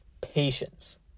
Patience